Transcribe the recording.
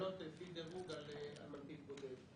--- לפי דירוג על מנפיק בודד.